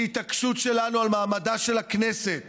כי התעקשות שלנו על מעמדה של הכנסת